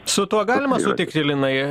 su tuo galima sutikti linai